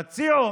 תציעו,